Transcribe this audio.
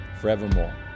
forevermore